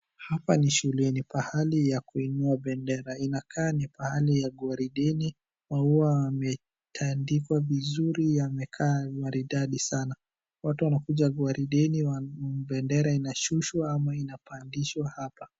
Hapa ni shuleni. Pahali ya kuinua bendera. Inakaa ni pahali ya gwarideni, maua yametandikwa vizuri yamekaa maridadi sana. Watu wanakuja guarideni, bendera inashushwa ama inapandishwa hapa.